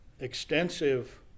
extensive